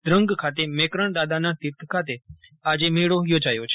ધ્રં ગ ખાતે મેકરણદાદાના તીર્થ ખાતે આજ મેળો યોજાયો છે